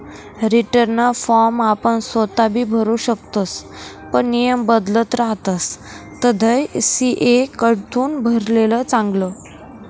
रीटर्नना फॉर्म आपण सोताबी भरु शकतस पण नियम बदलत रहातस तधय सी.ए कडथून भरेल चांगलं